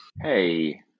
Hey